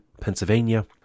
Pennsylvania